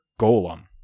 Golem